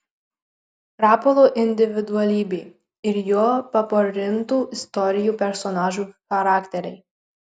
rapolo individualybė ir jo paporintų istorijų personažų charakteriai